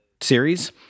series